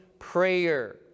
Prayer